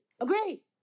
agree